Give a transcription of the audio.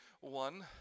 one